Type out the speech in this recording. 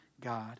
God